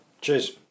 Cheers